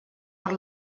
per